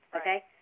Okay